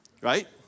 right